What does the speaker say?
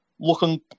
looking